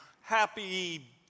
happy